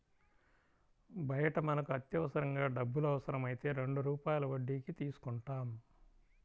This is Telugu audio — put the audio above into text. బయట మనకు అత్యవసరంగా డబ్బులు అవసరమైతే రెండు రూపాయల వడ్డీకి తీసుకుంటాం